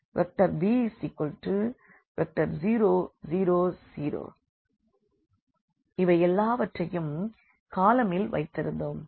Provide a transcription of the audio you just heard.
b0 0 0 இவை எல்லாவற்றையும் காலமில் வைத்திருந்தோம்